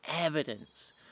evidence